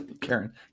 Karen